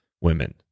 women